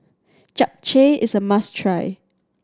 japchae is a must try